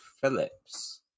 Phillips